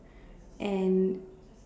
and